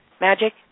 magic